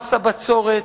מס הבצורת,